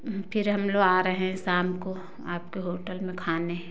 फिर हम लोग आ रहे हैं शाम को आपके होटल में खाने